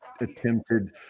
attempted